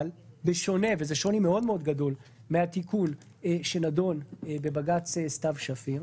אבל בשונה וזה שוני מאוד מאוד גדול מהתיקון שנדון בבג"ץ סתיו שפיר,